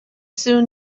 soon